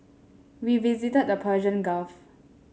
we visited the Persian Gulf